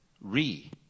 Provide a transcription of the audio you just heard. re